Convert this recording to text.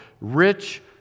rich